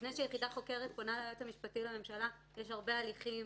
לפני שיחידה חוקרת פונה ליועץ המשפטי לממשלה יש הרבה הליכים